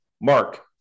Mark